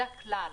זה הכלל.